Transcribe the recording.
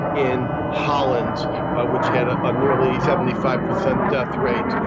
in holland ah which had a ah nearly seventy five percent death rate.